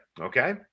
okay